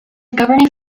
governing